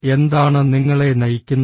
എന്താണ് നിങ്ങളെ നയിക്കുന്നത്